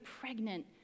pregnant